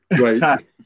Right